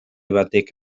batek